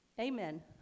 Amen